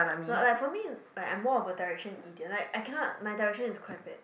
not lah for me like I am more direction detail my direction is quite bad